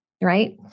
right